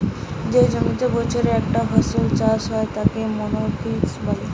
যে জমিতে বছরে একটা ফসল চাষ হচ্ছে তাকে মনোক্রপিং বলে